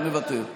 מוותר,